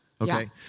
okay